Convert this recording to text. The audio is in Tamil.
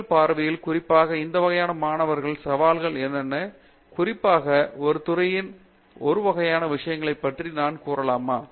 உங்கள் பார்வையில் குறிப்பாக இந்த வகையான மாணவர்களின் சவால்கள் என்னென்ன குறிப்பாக ஒரு துறையின் ஒரு வகையான விஷயங்களைப் பற்றி நாம் கூறலாமா